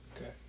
Okay